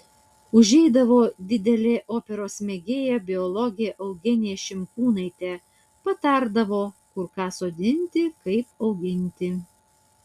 užeidavo didelė operos mėgėja biologė eugenija šimkūnaitė patardavo kur ką sodinti kaip auginti